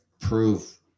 prove